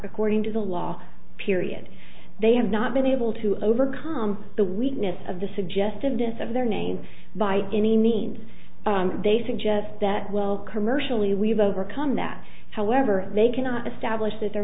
according to the law period they have not been able to overcome the weakness of the suggestiveness of their name by any means they suggest that well commercially we have overcome that however they cannot establish that their